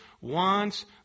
wants